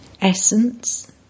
Essence